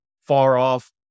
far-off